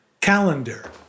Calendar